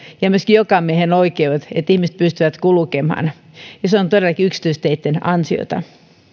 ja myöskin jokamiehenoikeudet ja se että ihmiset pystyvät kulkemaan ja se on todellakin yksityisteitten ansiota